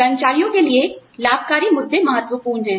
कर्मचारियों के लिए लाभकारी मुद्दे महत्वपूर्ण हैं